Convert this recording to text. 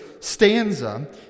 stanza